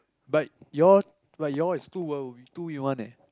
but you all but you all is two two in one eh